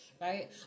right